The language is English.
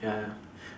ya ya